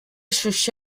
stesso